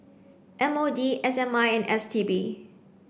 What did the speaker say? M O D S I M and S T B